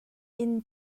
inn